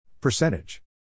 Percentage